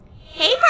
Hey